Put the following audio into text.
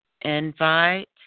invite